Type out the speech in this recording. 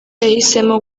yahisemo